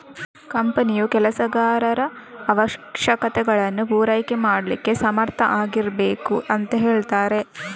ಕಂಪನಿಯು ಕೆಲಸಗಾರರ ಅವಶ್ಯಕತೆಗಳನ್ನ ಪೂರೈಕೆ ಮಾಡ್ಲಿಕ್ಕೆ ಸಮರ್ಥ ಆಗಿರ್ಬೇಕು ಅಂತ ಹೇಳ್ತಾರೆ